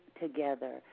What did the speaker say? together